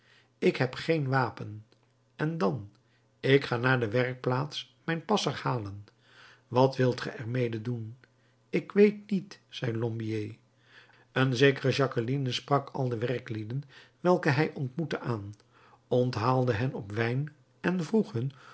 ik heb geen wapen en dan ik ga naar de werkplaats mijn passer halen wat wilt ge er mede doen ik weet niet zei